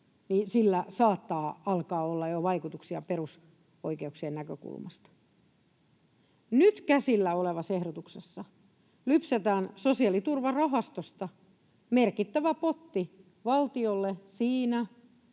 niin sillä saattaa alkaa olla jo vaikutuksia perusoikeuksien näkökulmasta. Nyt käsillä olevassa ehdotuksessa lypsetään sosiaaliturvarahastosta merkittävä potti valtiolle siinä,